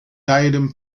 diadem